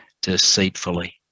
deceitfully